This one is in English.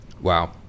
Wow